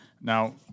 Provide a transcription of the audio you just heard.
Now